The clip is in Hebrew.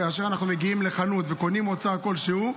כאשר אנחנו מגיעים לחנות וקונים מוצר כלשהו,